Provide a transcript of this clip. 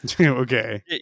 okay